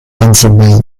pennsylvania